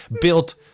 built